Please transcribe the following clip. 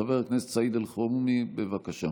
חבר הכנסת סעיד אלחרומי, בבקשה.